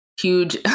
huge